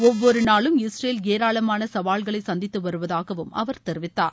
ஒவ்வொரு நாளும் இஸ்ரேல் ஏராளமான சவால்களை சந்தித்து வருவதாகவும் அவர் தெரிவித்தார்